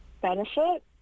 benefit